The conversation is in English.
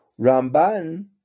Ramban